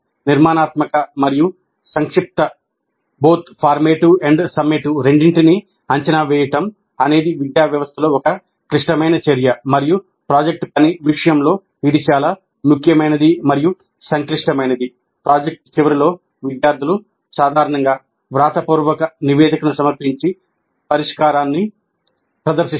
నిర్మాణాత్మక మరియు సంక్షిప్త మరియు ప్రదర్శనను కూడా చేస్తారు